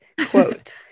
Quote